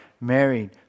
married